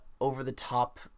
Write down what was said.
over-the-top